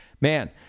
Man